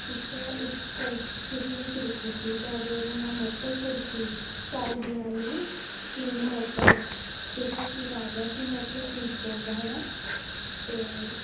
ਠੀਕ ਹੈ ਇਸ ਸ ਸਿਟੀ ਵਿੱਚ ਰੁਕੇ ਸੀ ਤਾਂ ਉਦੋਂ ਇਹਦਾ ਨਾਮ ਮੋਕਲਪੁਰ ਸੀ ਚਾਲੀ ਦਿਨਾਂ ਲਈ ਕਿੰਗ ਮੋਕਲ ਜਿਹੜਾ ਕਿ ਰਾਜਾ ਸੀ ਮੋਕਲ ਫਰੀਦਕੋਟ ਦਾ ਹੈ ਨਾ ਅਤੇ